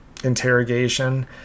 interrogation